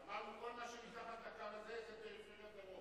ואמרנו שכל מה שמתחת לקו הזה הוא פריפריית דרום.